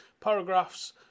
paragraphs